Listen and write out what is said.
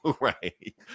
right